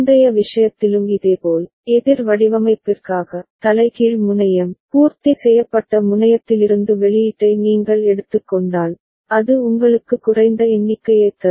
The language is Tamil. முந்தைய விஷயத்திலும் இதேபோல் எதிர் வடிவமைப்பிற்காக தலைகீழ் முனையம் பூர்த்தி செய்யப்பட்ட முனையத்திலிருந்து வெளியீட்டை நீங்கள் எடுத்துக் கொண்டால் அது உங்களுக்கு குறைந்த எண்ணிக்கையைத் தரும்